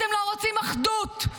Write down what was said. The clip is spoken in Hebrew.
אתם לא רוצים אחדות,